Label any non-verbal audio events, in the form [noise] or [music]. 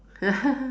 [laughs]